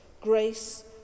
grace